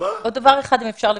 עוד דבר אחד אם אפשר לבקש.